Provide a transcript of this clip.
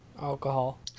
alcohol